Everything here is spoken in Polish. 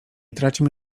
traćmy